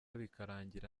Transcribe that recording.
bikarangira